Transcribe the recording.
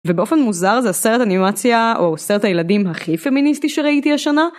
ובאופן מוזר זה הסרט אנימציה או סרט הילדים הכי פמיניסטי שראיתי השנה